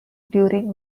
during